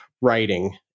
writing